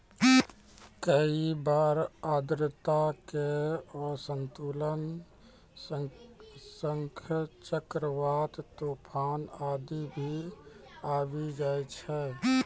कई बार आर्द्रता के असंतुलन सं चक्रवात, तुफान आदि भी आबी जाय छै